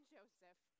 Joseph